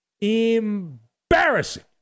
Embarrassing